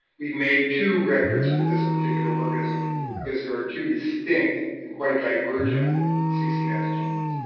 we made two records for this particular organism because there are two distinct and quite divergent sixteen s genes.